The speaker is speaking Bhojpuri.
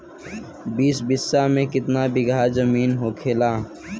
बीस बिस्सा में कितना बिघा जमीन होखेला?